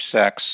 sex